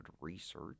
research